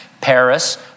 Paris